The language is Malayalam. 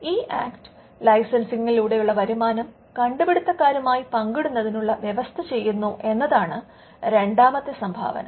ഈ ആക്ട് ലൈസെൻസിലൂടെയുള്ള വരുമാനം കണ്ടുപിടുത്തക്കാരുമായി പങ്കിടുന്നതിനുള്ള വ്യവസ്ഥ ചെയ്യുന്നു എന്നതാണ് രണ്ടാമത്തെ സംഭാവന